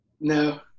No